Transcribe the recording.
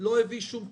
לא הביא שום פתרון.